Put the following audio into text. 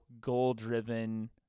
goal-driven